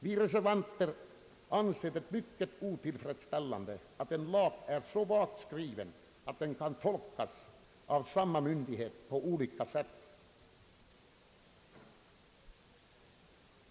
Vi reservanter anser det mycket otillfredsställande att en lag är så vagt skriven att den kan tolkas av samma myndighet på olika sätt.